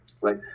right